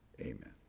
amen